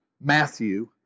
Matthew